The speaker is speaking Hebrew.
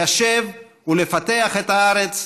ליישב ולפתח את הארץ,